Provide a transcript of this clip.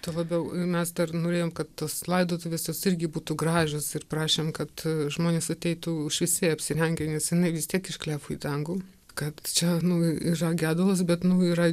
tuo labiau mes dar norėjom kad tos laidotuves jos irgi būtų gražios ir prašėm kad žmonės ateitų šviesiai apsirengę nes jinai vis tiek iškeliavo į dangų kad čia nu yra gedulas bet nu yra